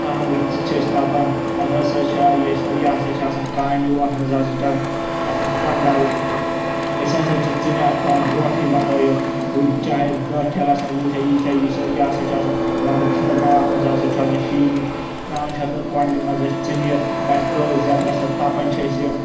کانٛگٕر چھِ أسۍ تَپان اَتھ ہسا چھ یہِ ہسا چھِ آسان کانٮ۪وٗ اَتھ منٛز ہسا چھِ آسان کۄنٛڈل أسۍ ہسا چھِ ژٕنہِ اَتھ تھاوَان برونٛٹھٕے بَنٲیِتھ چاہے دہ ٹھیلہٕ آسن وُہ ٹھیلہٕ ہا ییٖژاہ یٖژھ یہِ ہسا چھُ آسَان ونٛدٕ خطرناک اَتھ منٛز ہسا چھُ آسَان شیٖن ویٖن تراوَان چھِ اتھ کۄنٛڈلہِ منٛز اسہِ ژٕنہِ پؠٹھ تروو زیٚتہٕ رَژھا تَپَان چھِ أسۍ یہِ